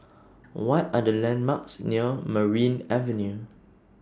What Are The landmarks near Merryn Avenue